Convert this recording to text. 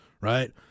right